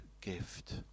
gift